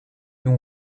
non